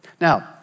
Now